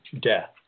death